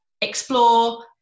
explore